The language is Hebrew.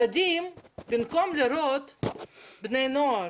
במקום שילדים ובני הנוער